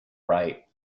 right